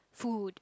food